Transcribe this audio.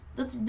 dat